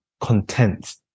content